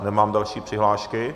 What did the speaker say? Nemám další přihlášky.